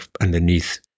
underneath